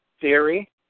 theory